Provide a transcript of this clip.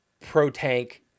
pro-tank